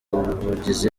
ubuvugizi